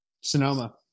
Sonoma